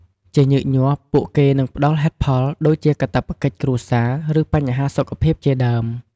ជាញឹកញាប់ ពួកគេនឹងផ្តល់ហេតុផល ដូចជាកាតព្វកិច្ចគ្រួសារ ឬបញ្ហាសុខភាពជាដើម។